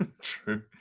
true